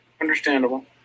Understandable